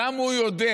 וגם הוא יודע